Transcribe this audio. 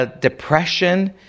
depression